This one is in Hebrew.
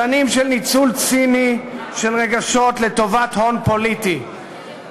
שנים של ניצול ציני של רגשות לטובת הון פוליטי.